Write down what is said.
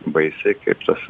baisi kaip tas